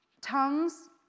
tongues